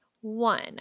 One